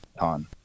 on